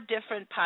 different